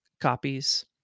copies